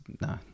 no